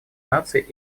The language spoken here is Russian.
наций